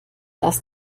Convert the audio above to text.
dass